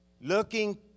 Looking